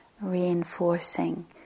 reinforcing